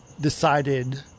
decided